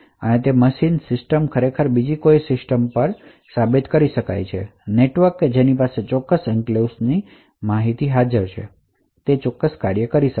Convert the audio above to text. અને સિસ્ટમ નેટવર્કનીબીજી કેટલીક સિસ્ટમ પર સાબિત કરી શકે છે કે તેની પાસે તે ચોક્કસ એન્ક્લેવ્સ ની માલિકી છે અને ચોક્કસ કાર્ય કર્યું છે